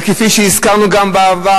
וכפי שהזכרנו גם בעבר,